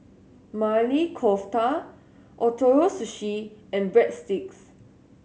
Maili Kofta Ootoro Sushi and Breadsticks